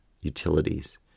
utilities